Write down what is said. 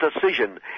decision